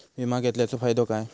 विमा घेतल्याचो फाईदो काय?